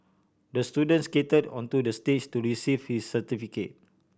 the student skated onto the stage to receive his certificate